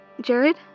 Jared